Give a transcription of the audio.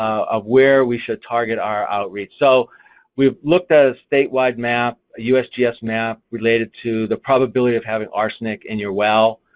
of where we should target our outreach. so we've looked at a statewide map, usgs map related to the probability of having arsenic in your well.